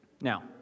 Now